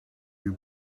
you